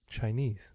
Chinese